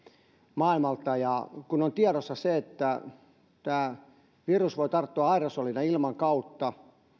maailmalta kun on tiedossa se että tämä virus voi tarttua aerosolina ilman kautta